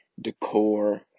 decor